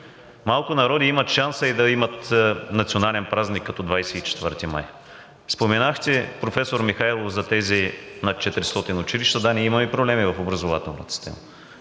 Малко народи имат шанса да имат национален празник като 24 май. Споменахте, професор Михайлов, за тези над 400 училища - да, ние имаме проблеми в образователната